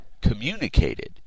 communicated